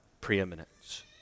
preeminence